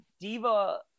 diva